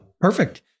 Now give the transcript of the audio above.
Perfect